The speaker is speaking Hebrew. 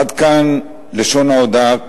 עד כאן לשון ההודעה